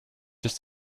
just